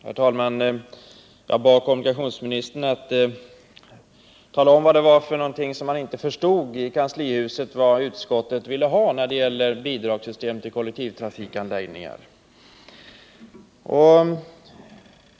Herr talman! Jag bad kommunikationsministern att tala om på vilken punkt man inte har förstått i kanslihuset vad utskottet vill ha när det gäller bidragssystemet för kollektivtrafikanläggningar.